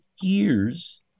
years